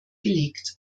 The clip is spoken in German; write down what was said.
gelegt